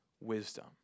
wisdom